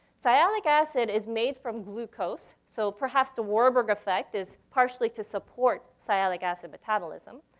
sialic acid is made from glucose. so perhaps the warburg effect is partially to support sialic acid metabolism.